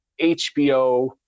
HBO –